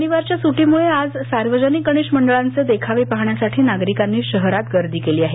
शनिवारच्या सुटीमुळे आज सार्वजनिक गणेश मंडळांचे देखावे पाहण्यासाठी नागरिकांनी शहरात गर्दी केली आहे